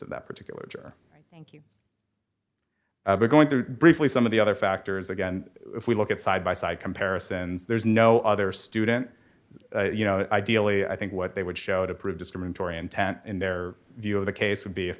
of that particular juror thank you we're going through briefly some of the other factors again if we look at side by side comparisons there's no other student you know ideally i think what they would show to prove discriminatory intent in their view of the case would be if